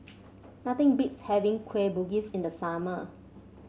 nothing beats having Kueh Bugis in the summer